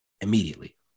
Immediately